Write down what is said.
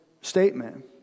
statement